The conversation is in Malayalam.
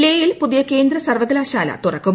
ലേയിൽ പുതിയ കേന്ദ്ര സർവകലാശാല തുറക്കും